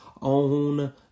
on